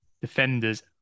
defenders